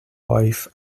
wife